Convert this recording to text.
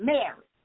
Mary